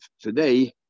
today